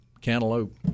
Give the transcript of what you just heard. cantaloupe